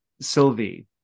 Sylvie